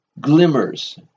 glimmers